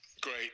Great